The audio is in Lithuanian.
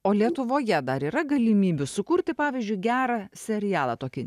o lietuvoje dar yra galimybių sukurti pavyzdžiui gerą serialą tokį